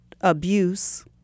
abuse